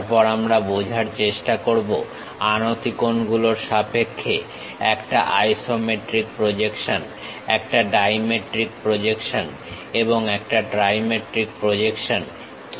তারপর আমরা বোঝার চেষ্টা করেছি আনতি কোণগুলোর সাপেক্ষে একটা আইসোমেট্রিক প্রজেকশন একটা ডাইমেট্রিক প্রজেকশন এবং একটা ট্রাইমেট্রিক প্রজেকশন কি